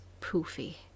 poofy